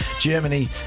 Germany